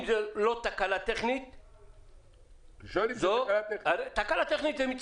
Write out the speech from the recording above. אם זה לא תקלה טכנית --- אני שואל אם זה תקלה טכנית אם זה תקלה טכנית,